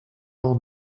all